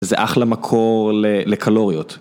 זה אחלה מקור לקלוריות.